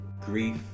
Grief